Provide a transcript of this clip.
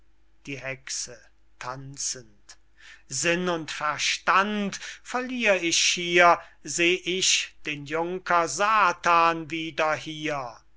die hexe tanzend sinn und verstand verlier ich schier seh ich den junker satan wieder hier